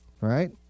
right